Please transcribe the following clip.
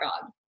god